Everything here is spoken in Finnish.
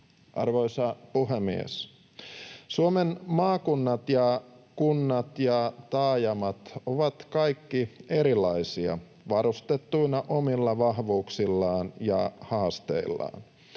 Arvoisa puhemies! Suomen maakunnat ja kunnat ja taajamat ovat kaikki erilaisia varustettuina omilla vahvuuksillaan ja haasteillaan.